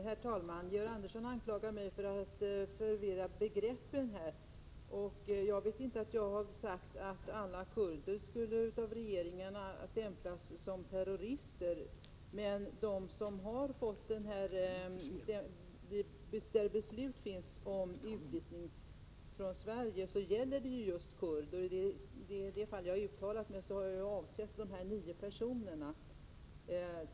Herr talman! Georg Andersson anklagar mig för att förvirra begreppen. Jag vet inte att jag har sagt att alla kurder skulle ha stämplats som terrorister av regeringen, men de beslut som har fattats om utvisning från Sverige gäller just kurder. I de fall jag har uttalat mig har jag alltså avsett dessa nio personer.